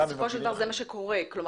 בסופו של דבר זה מה שזה גורם.